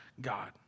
God